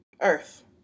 Earth